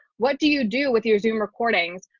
what do you do with your zoom recordings.